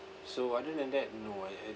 so other than that no I I